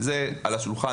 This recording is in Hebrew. זה על השולחן.